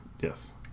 Yes